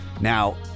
Now